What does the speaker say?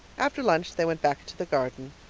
after lunch they went back to the garden,